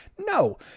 No